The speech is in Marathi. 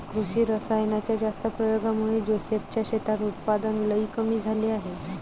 कृषी रासायनाच्या जास्त प्रयोगामुळे जोसेफ च्या शेतात उत्पादन लई कमी झाले आहे